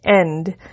end